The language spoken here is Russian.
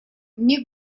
мне